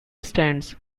stands